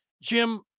Jim